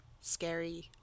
scary